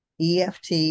EFT